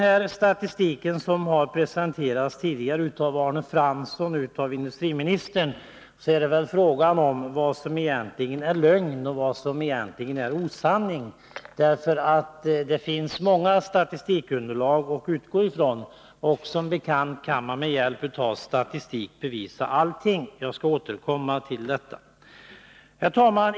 Beträffande den statistik som har presenterats tidigare av Arne Fransson och industriministern måste man fråga sig vad som egentligen är lögn och vad som osanning. Det finns mycket statistikunderlag att utgå ifrån, och som bekant kan man med hjälp av statistik bevisa allting — jag skall återkomma till detta. Herr talman!